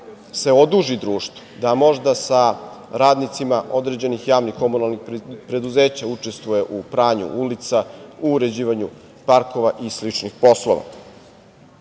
se oduži društvu, da možda sa radnicima određenih javnih komunalnih preduzeća učestvuje u pranju ulica, u uređivanju parkova i sličnih poslova? Ukazao